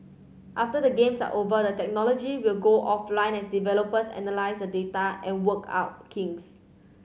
after the Games are over the technology will go offline as developers analyse the data and work out kinks